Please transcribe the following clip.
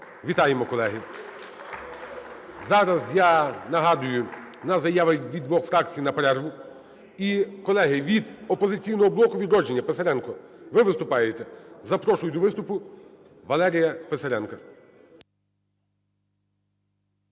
Вітаємо, колеги! Зараз, я нагадую, у нас заява від двох фракцій на перерву. І, колеги, від "Опозиційного блоку", "Відродження", Писаренко, ви виступаєте? Запрошую до виступу Валерія Писаренка.